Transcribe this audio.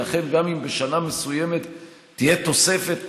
ולכן גם אם בשנה מסוימת תהיה תוספת